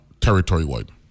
territory-wide